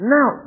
Now